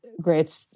great